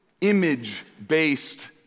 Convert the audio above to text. image-based